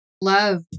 love